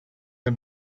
the